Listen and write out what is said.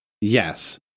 yes